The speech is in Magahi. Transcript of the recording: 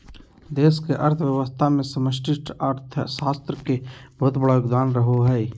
देश के अर्थव्यवस्था मे समष्टि अर्थशास्त्र के बहुत बड़ा योगदान रहो हय